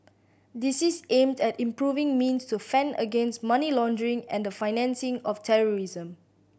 this is aimed at improving means to fend against money laundering and the financing of terrorism